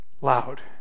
loud